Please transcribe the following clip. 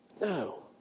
No